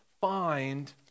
find